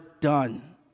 done